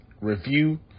review